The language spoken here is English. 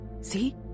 See